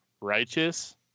righteous